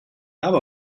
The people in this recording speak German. habe